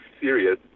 serious